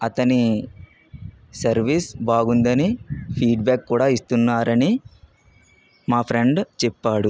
అతని సర్వీస్ బాగుందని ఫీడ్బ్యాక్ కూడా ఇస్తున్నారని మా ఫ్రెండ్ చెప్పాడు